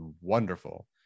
wonderful